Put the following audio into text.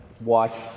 watch